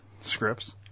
Scripts